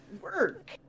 work